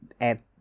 Add